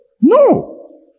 No